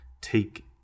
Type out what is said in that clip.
Take